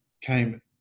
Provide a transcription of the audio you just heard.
came